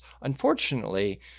Unfortunately